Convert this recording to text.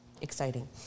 exciting